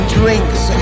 drinks